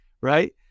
right